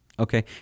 Okay